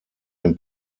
dem